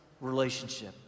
relationship